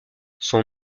son